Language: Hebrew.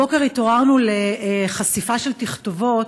הבוקר התעוררנו לחשיפה של תכתובות,